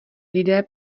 lidé